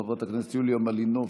חברת הכנסת יוליה מלינובסקי,